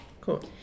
Cool